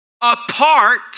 apart